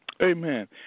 Amen